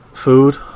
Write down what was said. Food